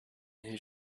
his